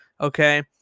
Okay